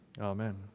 Amen